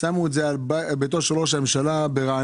שמו את זה על ביתו של ראש הממשלה ברעננה,